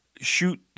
shoot